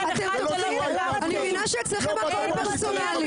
אני מבינה שאצלכם הכול זה פרסונלי.